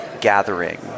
gathering